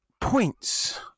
points